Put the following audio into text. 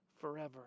forever